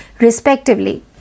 respectively